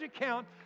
account